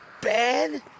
bad